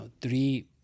three